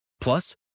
Plus